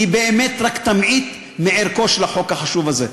היא באמת רק תמעיט מערכו של החוק החשוב הזה.